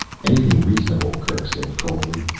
anything reasonable, kerk said coldly.